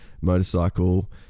motorcycle